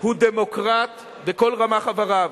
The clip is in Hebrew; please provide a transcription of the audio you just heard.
הוא דמוקרט בכל רמ"ח איבריו.